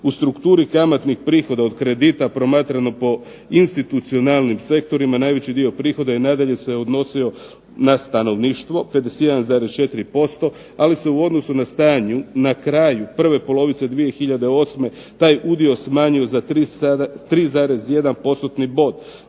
u strukturi kamatnih prihoda od kredita promatrano po institucionalnim sektora najveći broj prihoda i nadalje se odnosio na stanovništvo 51,4%, ali se u odnosu na stanju na kraju prve polovice 2008. taj udio smanjio za 3,1%-tni